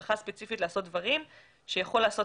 הסמכה ספציפית לעשות דברים שיכול לעשות